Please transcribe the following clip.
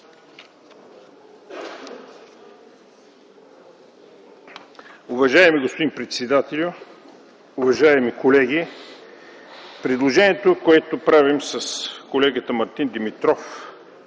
Уважаеми господин председател, уважаеми колеги! Предложението, което правим с колегата Мартин Димитров